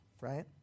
right